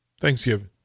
Thanksgiving